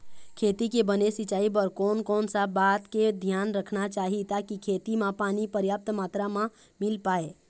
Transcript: खेती के बने सिचाई बर कोन कौन सा बात के धियान रखना चाही ताकि खेती मा पानी पर्याप्त मात्रा मा मिल पाए?